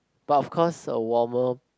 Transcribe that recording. but of course a warmer